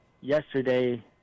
yesterday